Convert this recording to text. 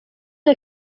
nka